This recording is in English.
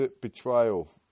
betrayal